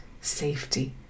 safety